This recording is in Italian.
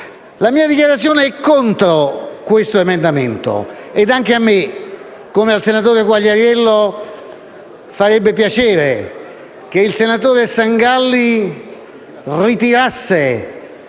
La mia dichiarazione è contro questo emendamento. Come al senatore Quagliariello, anche a me farebbe piacere che il senatore Sangalli ritirasse